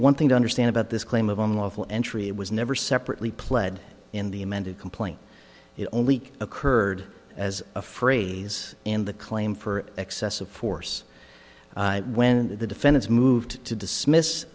one thing to understand about this claim of unlawful entry was never separately pled in the amended complaint it only occurred as a phrase in the claim for excessive force when the defendant's moved to dismiss